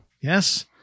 Yes